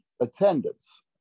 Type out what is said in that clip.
attendance